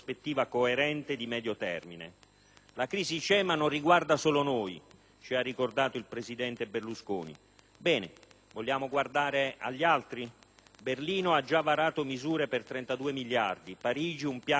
La crisi c'è ma non riguarda solo noi, ci ha ricordato il presidente Berlusconi. Bene, vogliamo guardare agli altri? Berlino ha già varato misure per 32 miliardi, Parigi un piano da 20 miliardi, Londra